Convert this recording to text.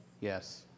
yes